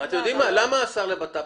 אתם יודעים מה, למה מן השר לבט"פ?